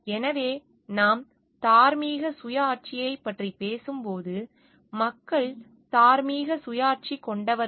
எனவே நாம் தார்மீக சுயாட்சியைப் பற்றி பேசும்போது மக்கள் தார்மீக சுயாட்சி கொண்டவர்கள்